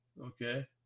Okay